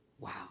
Wow